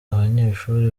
abanyeshuri